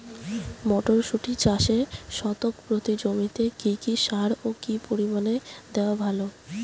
মটরশুটি চাষে শতক প্রতি জমিতে কী কী সার ও কী পরিমাণে দেওয়া ভালো?